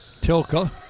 Tilka